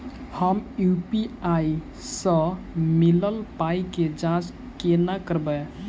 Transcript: हम यु.पी.आई सअ मिलल पाई केँ जाँच केना करबै?